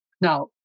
Now